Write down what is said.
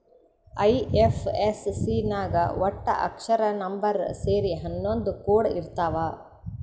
IFSC ನಾಗ್ ವಟ್ಟ ಅಕ್ಷರ, ನಂಬರ್ ಸೇರಿ ಹನ್ನೊಂದ್ ಕೋಡ್ ಇರ್ತಾವ್